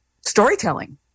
storytelling